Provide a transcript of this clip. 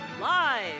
Live